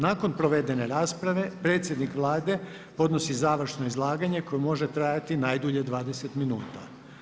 Nakon provedene rasprave predsjednik Vlade podnosi završno izlaganje koje može trajati najdulje 20 minuta.